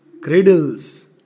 cradles